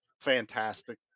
fantastic